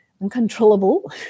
uncontrollable